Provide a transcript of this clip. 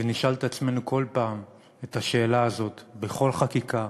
ונשאל את עצמנו כל פעם את השאלה הזאת, בכל חקיקה